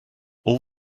all